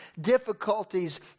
difficulties